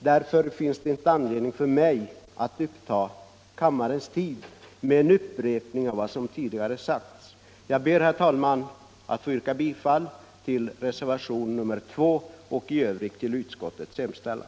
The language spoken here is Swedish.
Det finns ingen anledning för mig att uppta kammarens tid med att upprepa vad som tidigare har sagts. Jag ber att få yrka bifall till reservationen 2 och i övrigt till utskottets hemställan.